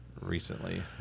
recently